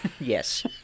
Yes